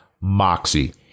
moxie